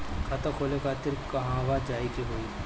खाता खोले खातिर कहवा जाए के होइ?